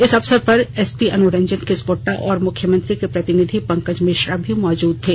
इस अवसर पर एसपी अनुरंजन किसपोट्टा और मुख्यमंत्री के प्रतिनिधि पंकज मिश्रा भी मौजूद थे